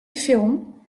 féron